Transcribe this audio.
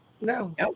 no